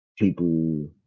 people